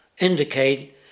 indicate